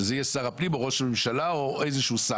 שזה יהיה שר הפנים או ראש ממשלה או איזשהו שר,